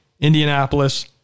Indianapolis